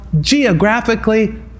geographically